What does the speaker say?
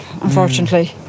unfortunately